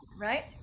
right